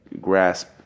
grasp